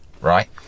right